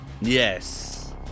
Yes